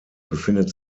befindet